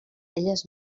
elles